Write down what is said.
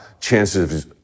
chances